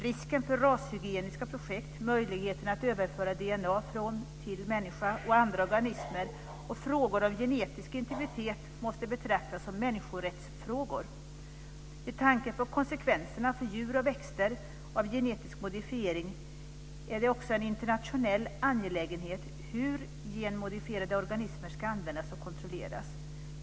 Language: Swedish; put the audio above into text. Risken för rashygieniska projekt, möjligheten att överföra DNA från och till människa och andra organismer och frågor om genetisk integritet måste betraktas som människorättsfrågor. Med tanke på konsekvenserna för djur och växter av genetisk modifiering är det också en internationell angelägenhet hur genmodifierade organismer ska användas och kontrolleras.